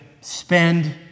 spend